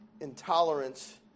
intolerance